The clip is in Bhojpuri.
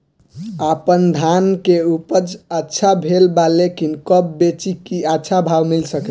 आपनधान के उपज अच्छा भेल बा लेकिन कब बेची कि अच्छा भाव मिल सके?